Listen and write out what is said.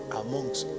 amongst